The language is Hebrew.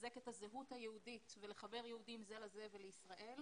לחזק את הזהות היהודית ולחבר יהודים זה לזה ולישראל,